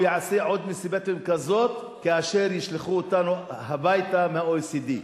הוא יעשה עוד מסיבת עיתונאים כזאת כאשר ישלחו אותנו הביתה מה-OECD.